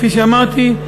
כפי שאמרתי,